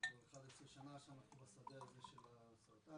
וכבר 11 שנה שאנחנו בשדה הזה של הסרטן.